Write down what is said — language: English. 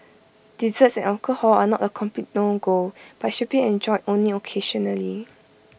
desserts and alcohol are not A complete no go but should be enjoyed only occasionally